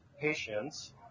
patients